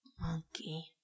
Monkey